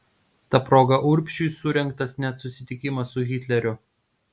ta proga urbšiui surengtas net susitikimas su hitleriu